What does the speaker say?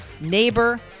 neighbor